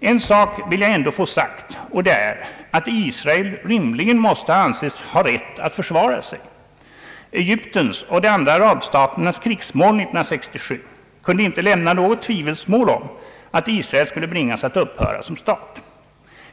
En sak vill jag ändå få sagd, och det är att Israel rimligen måste anses ha rätt att försvara sig. Egyptens och de andra arbastaternas krigsmål 1967 kunde inte lämna något tvivel om att Israel skulle bringas att upphöra som stat.